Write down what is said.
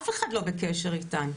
אף אחד לא בקשר איתן.